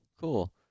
cool